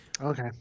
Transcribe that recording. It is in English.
Okay